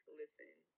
listen